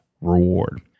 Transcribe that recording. reward